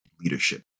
leadership